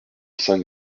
cinq